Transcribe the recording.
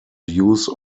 use